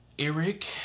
Eric